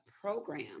program